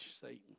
Satan